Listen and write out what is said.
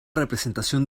representación